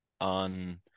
on